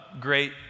great